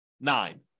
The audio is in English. nine